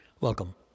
Welcome